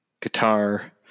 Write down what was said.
guitar